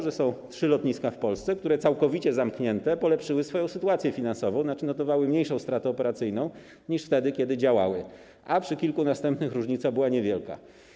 Że są trzy lotniska w Polsce, które całkowicie zamknięte polepszyły swoją sytuację finansową, tzn. notowały mniejszą stratę operacyjną niż wtedy, kiedy działały, a w przypadku kilku następnych różnica była niewielka.